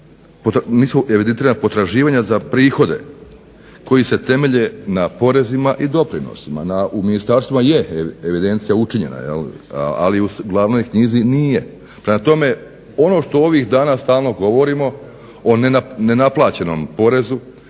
nisu evidentirana potraživanja za prihode koji se temelje na porezima i doprinosima, u ministarstvima je evidencija učinjena, ali u glavnoj knjizi nije. Prema tome ono što ovih dana stalno govorimo o nenaplaćenom porezu,